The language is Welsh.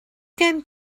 gen